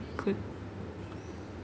cool